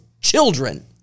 children